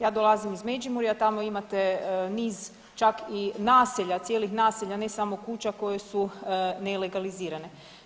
Ja dolazim iz Međimurja, tamo imate niz čak i naselja, cijelih naselja, ne samo kuća koje su nelegalizirane.